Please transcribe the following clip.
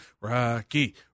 Rocky